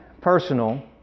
personal